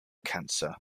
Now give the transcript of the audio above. cancer